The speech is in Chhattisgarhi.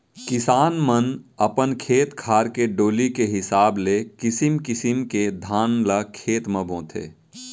किसान मन अपन खेत खार के डोली के हिसाब ले किसिम किसिम के धान ल खेत म बोथें